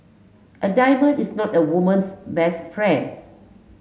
a diamond is not a woman's best friend